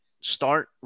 start